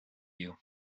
you